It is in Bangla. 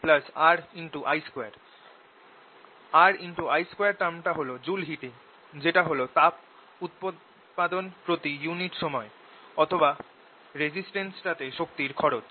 EIt LIdIdtRI2 RI2 টার্ম টা হল জুল হিটিং যেটা হল তাপ উৎপাদন প্রতি ইউনিট সময়ে অথবা রেজিস্টেন্স টাতে শক্তির খরচ